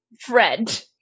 friend